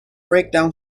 breakdown